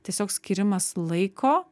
tiesiog skyrimas laiko